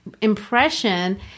impression